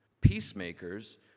Peacemakers